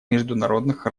международных